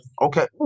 Okay